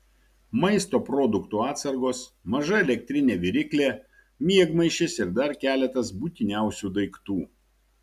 maisto produktų atsargos maža elektrinė viryklė miegmaišis ir dar keletas būtiniausių daiktų